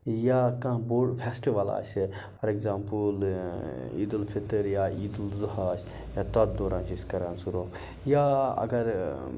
یا کانٛہہ بوٚڑ فٮ۪سٹِوَل آسہِ فار اٮ۪گزامپٕل عیٖد الفطر یا عید الضحیٰ آسہِ یا تَتھ دوران چھِ أسۍ کَران سُہ روٚف یا اَگر